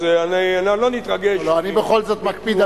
אז, לא נתרגש, אני בכל זאת מקפיד על